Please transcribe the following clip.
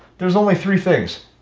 there's only three things.